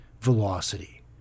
velocity